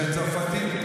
את לא ציינת את זה.